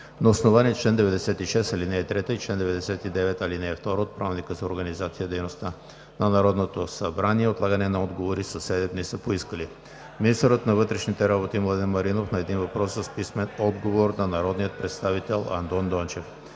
На основание чл. 96, ал. 3 и чл. 99, ал. 2 от Правилника за организацията и дейността на Народното събрание отлагане на отговори със седем дни са поискали: - министърът на вътрешните работи Младен Маринов на един въпрос с писмен отговор на народния представител Андон Дончев;